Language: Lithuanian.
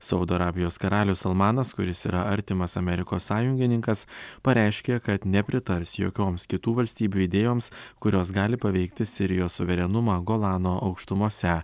saudo arabijos karalius salmanas kuris yra artimas amerikos sąjungininkas pareiškė kad nepritars jokioms kitų valstybių idėjoms kurios gali paveikti sirijos suverenumą golano aukštumose